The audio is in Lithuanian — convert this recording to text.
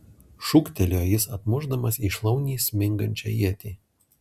šūktelėjo jis atmušdamas į šlaunį smingančią ietį